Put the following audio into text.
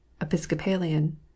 Episcopalian